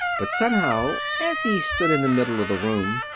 but somehow, as he stood in the middle of the room,